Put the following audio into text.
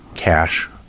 cash